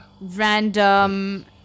random